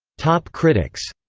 top critics,